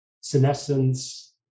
senescence